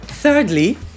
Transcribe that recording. Thirdly